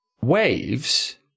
waves